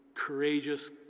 courageous